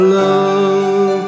love